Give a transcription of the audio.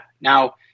Now